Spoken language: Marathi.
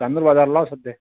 चांदूर बाजारला हाव सध्या